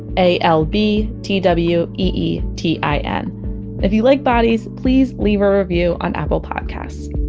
a l b t w e e t i n if you like bodies, please leave a review on apple podcasts